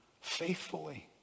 faithfully